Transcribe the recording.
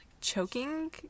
choking